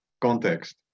context